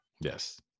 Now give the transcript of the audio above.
Yes